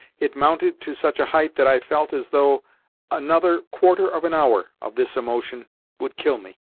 it mounted to such a height that i felt as though another quarter of an hour of this emotion would kill me.